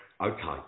okay